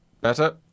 Better